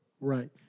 right